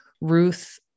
ruth